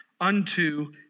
unto